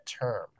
term